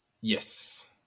Yes